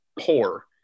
poor